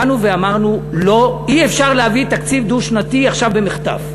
באנו ואמרנו שאי-אפשר להביא תקציב דו-שנתי עכשיו במחטף.